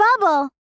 bubble